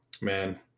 man